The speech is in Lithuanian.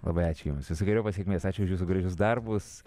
labai ačiū jums visokeriopos sėkmės ačiū už jūsų gražius darbus